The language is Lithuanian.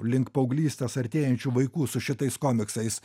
link paauglystės artėjančių vaikų su šitais komiksais